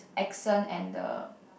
accent and the